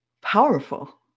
Powerful